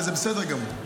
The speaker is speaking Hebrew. וזה בסדר גמור.